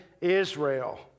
Israel